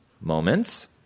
moments